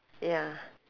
ya